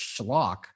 schlock